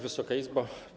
Wysoka Izbo!